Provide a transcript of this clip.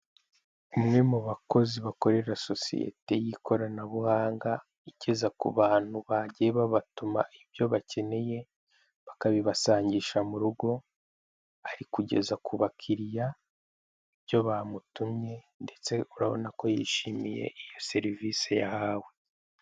Umwe mu bakozi bakorera sosiyete y'ikoranabuhanga igeza ku bantu bagiye babatuma ibyo bakeneye bakabibasangisha mu rugo, ari kugeza ku bakiriya ibyo bamutumye ndetse urabona ko yishimiye iyo serivisi yahawe.